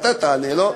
אתה תענה, לא?